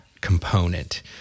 component